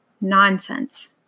Nonsense